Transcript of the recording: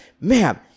Ma'am